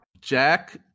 Jack-